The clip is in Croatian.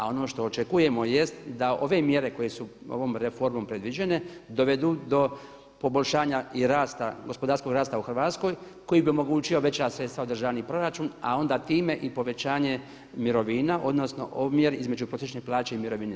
A ono što očekujemo jest da ove mjere koje su ovom reformom predviđene, dovedu do poboljšanja i rasta gospodarskog rasta u Hrvatskoj koji bi omogućio veća sredstva u državni proračun, a onda time i povećanje mirovina odnosno omjer između prosječne plaće i mirovine.